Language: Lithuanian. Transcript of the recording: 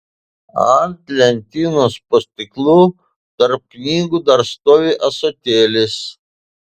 ant lentynos po stiklu tarp knygų dar stovi ąsotėlis